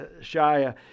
Shia